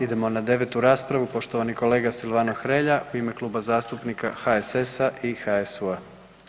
Idemo na 9-tu raspravu, poštovani kolega Silvano Hrelja i ime Kluba zastupnika HSS-a i HSU-a.